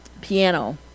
piano